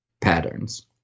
patterns